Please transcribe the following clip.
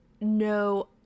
No